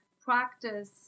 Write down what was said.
practice